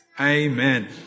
Amen